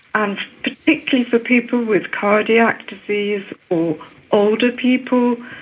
and particularly for people with cardiac disease or older people,